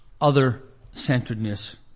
other-centeredness